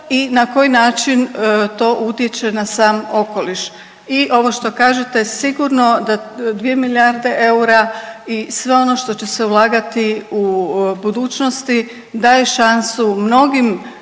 i na koji način to utječe na sam okoliš. I ovo što kažete sigurno da 2 milijarde eura i sve ono što će se ulagati u budućnosti daje šansu mnogim